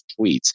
tweets